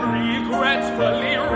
regretfully